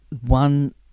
One